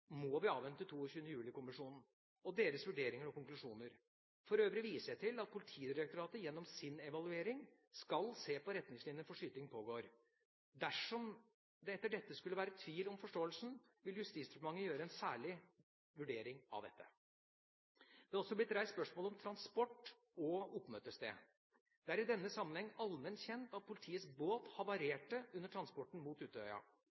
må vi avvente 22. juli-kommisjonen og deres vurderinger og konklusjoner. For øvrig viser jeg til at Politidirektoratet gjennom sin evaluering skal se på retningslinjene for «skyting pågår». Dersom det etter dette skulle være tvil om forståelsen, vil Justisdepartementet gjøre en særlig vurdering av dette. Det er også blitt reist spørsmål om transport og oppmøtested. Det er i denne sammenheng allment kjent at politiets båt havarerte under transporten mot Utøya.